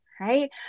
right